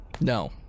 No